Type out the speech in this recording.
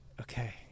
Okay